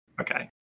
Okay